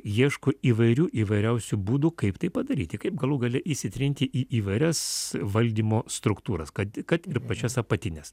ieško įvairių įvairiausių būdų kaip tai padaryti kaip galų gale įsitrinti į įvairias valdymo struktūras kad kad ir pačias apatines